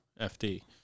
FD